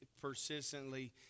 persistently